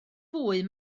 fwy